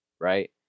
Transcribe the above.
Right